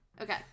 okay